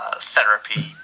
Therapy